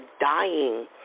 dying